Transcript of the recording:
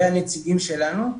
והנציגים שלנו,